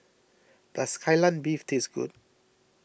does Kai Lan Beef taste good